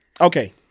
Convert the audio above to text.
okay